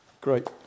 Great